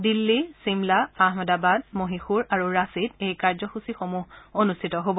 দিল্লী চিমলা আহমদাবাদ মহীশূৰ আৰু ৰাঁচীত এই কাৰ্য্যসূচীসমূহ অনুষ্ঠিত হব